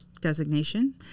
designation